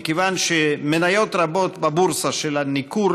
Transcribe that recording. מכיוון שמניות רבות בבורסה של הניכור